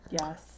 yes